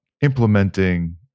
implementing